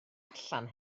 allan